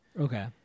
Okay